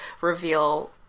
reveal